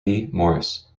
morris